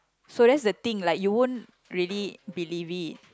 so that's the thing like you won't really believe it